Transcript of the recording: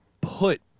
put